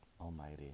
Almighty